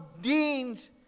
deans